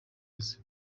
gusa